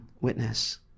witness